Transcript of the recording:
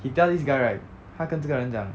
he tell this guy right 他跟这个人讲